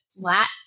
flat